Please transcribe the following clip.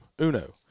UNO